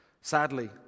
Sadly